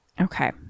okay